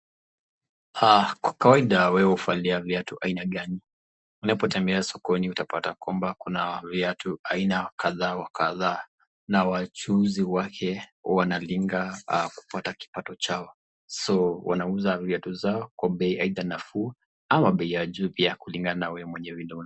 Ah, kwa kawaida wewe huvalia viatu aina gani? Unapotembelea sokoni utapata kwamba kuna viatu aina kadha wa kadha na wachuzi wake wanalenga kupata kipato chao. So wanauza viatu zao kwa bei aidha nafuu ama bei ya juu pia kulingana na wewe mwenyewe.